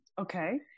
Okay